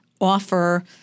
offer